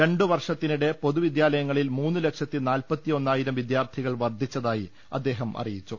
രണ്ടു വർഷത്തിനിടെ പൊതുവിദ്യാലയങ്ങിൽ മൂന്നുലക്ഷത്തി നാൽപ്പത്തി ഒന്നായിരം വിദ്യാർത്ഥികൾ വർദ്ധിച്ചതായി അദ്ദേഹം അറി യിച്ചു